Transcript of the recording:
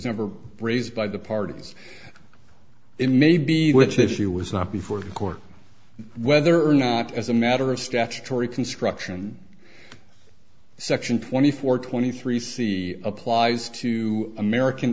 never raised by the parties in maybe which issue was not before the court whether or not as a matter of statutory construction section twenty four twenty three c applies to american